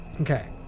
Okay